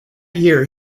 year